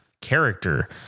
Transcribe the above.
character